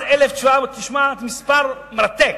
תשמע מספר מרתק: